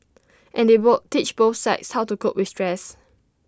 and they both teach both sides how to cope with stress